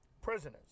Prisoners